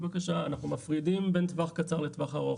אנחנו מפרידים בין טווח קצר לטווח ארוך.